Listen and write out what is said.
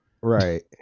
Right